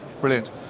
Brilliant